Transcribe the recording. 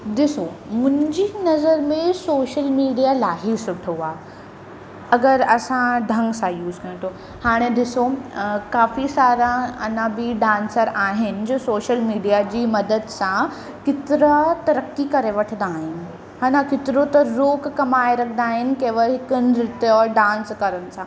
ॾिसो मुंहिंजी नज़र में सोशल मिडिया इलाही सुठो आहे अगरि असां ढंग सां यूस कयूं त हाणे ॾिसो काफ़ी सारा अञा बि डांसर आहिनि जो शोशल मिडिया जी मदद सां केतिरा तरक़ी करे वठंदा आहिनि इहे न केतिरो त रोक कमाए वठंदा आहिनि केवल हिकु नृत और डांस करण सां